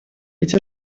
эти